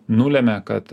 nulemia kad